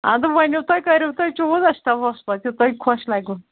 اَدٕ ؤنِو تُہۍ کٔرِو تُہۍ چوٗز أسۍ پَتہٕ یہِ تۄہہِ خۄش لَگِوٕ